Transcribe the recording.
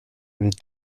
and